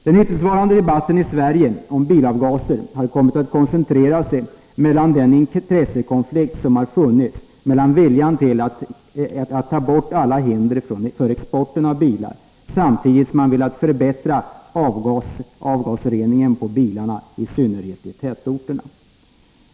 Den hittillsvarande debatten i Sverige om bilavgaser har kommit att koncentreras kring den intressekonflikt som har funnits mellan viljan att ta bort alla hinder för export av bilar, samtidigt som man har velat förbättra avgasreningen på bilarna — i synnerhet i tätorterna.